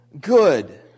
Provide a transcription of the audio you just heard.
good